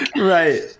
Right